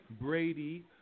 Brady